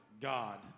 God